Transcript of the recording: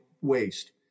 waste